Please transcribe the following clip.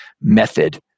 method